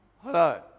Hello